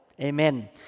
Amen